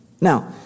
Now